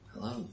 Hello